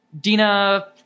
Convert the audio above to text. Dina